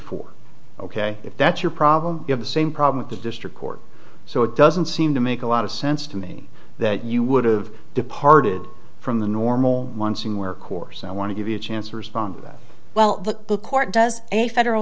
four ok if that's your problem you have the same problem with the district court so it doesn't seem to make a lot of sense to me that you would've departed from the normal once in where course i want to give you a chance or is well the court does a federal